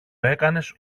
έκανες